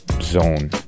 zone